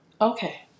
Okay